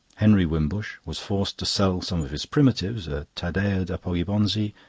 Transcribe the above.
henry wimbush was forced to sell some of his primitives a taddeo da poggibonsi,